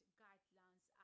guidelines